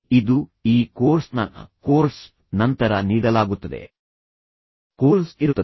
ಈಗ ಈ ಸಂಪೂರ್ಣ ಮಾಡ್ಯೂಲ್ಗಳ ಪೂರ್ಣಗೊಳಿಸಿದ ನಂತರ ಮತ್ತೊಂದು ಕೋರ್ಸ್ ಇರುತ್ತದೆ